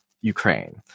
Ukraine